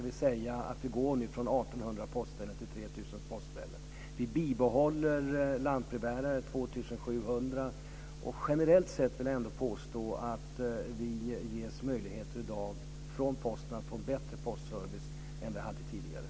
Vi går nu från 1 800 till 3 000 postställen. Vi bibehåller de 2 700 lantbrevbärarna. Generellt sett vill jag ändå påstå att Posten i dag ger oss möjligheter att få en bättre postservice än vi hade tidigare.